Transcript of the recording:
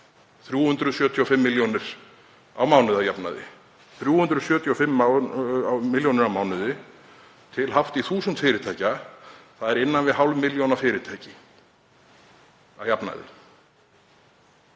375 milljónir á mánuði að jafnaði. 375 milljónir á mánuði til hátt í 1.000 fyrirtækja er innan við hálf milljón á fyrirtæki að jafnaði.